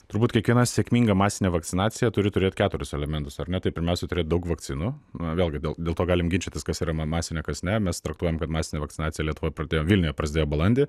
turbūt kiekviena sėkminga masinė vakcinacija turi turėti keturis elementus ar ne tai pirmiausia turėt daug vakcinų vėlgi dėl dėl to galim ginčytis kas yra masinė kas ne mes traktuojam kad masinė vakcinacija lietuvoj pradėjom vilniuje prasidėjo balandį